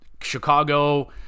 Chicago